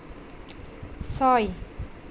ছয়